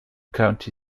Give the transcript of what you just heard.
county